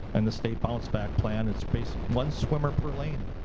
and the state bounce back plan, it's basic, one swimmer per lane,